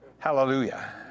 Hallelujah